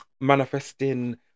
manifesting